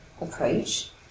approach